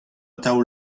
atav